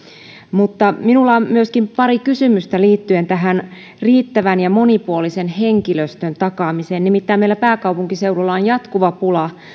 mutta minulla on myöskin pari kysymystä liittyen tähän riittävän ja monipuolisen henkilöstön takaamiseen nimittäin meillä pääkaupunkiseudulla on jatkuva pula